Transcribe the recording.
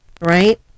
right